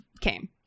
came